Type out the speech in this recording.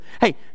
hey